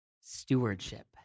Stewardship